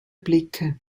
blicke